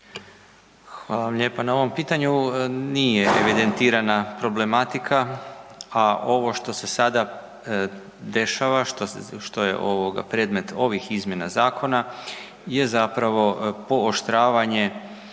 Hvala vam lijepo na ovom pitanju. Nije evidentirana problematika, a ovo što se sada dešava, što je predmet ovih izmjena zakona je zapravo pooštravanje